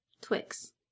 Twix